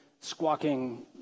Squawking